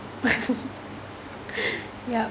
yup